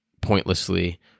pointlessly